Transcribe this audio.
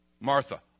Martha